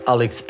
Alex